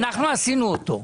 אנחנו עשינו אותו.